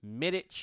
Midic